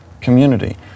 community